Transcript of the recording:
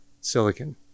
silicon